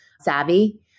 savvy